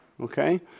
Okay